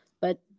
But-